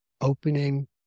opening